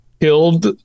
killed